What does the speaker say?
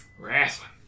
wrestling